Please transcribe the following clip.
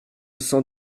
cent